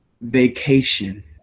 Vacation